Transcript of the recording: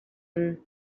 and